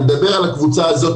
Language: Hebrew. אני מדבר על הקבוצה הזאת,